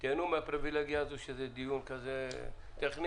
תיהנו מהפריווילגיה הזו שזה דיון כזה טכני.